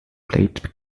played